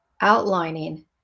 outlining